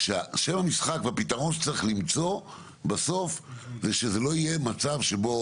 שם המשחק והפתרון שצריך למצוא בסוף זה שזה לא יהיה מצב שבו